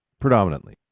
predominantly